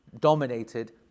dominated